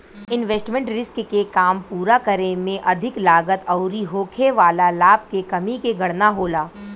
investment risk के काम पूरा करे में अधिक लागत अउरी होखे वाला लाभ के कमी के गणना होला